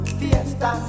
fiesta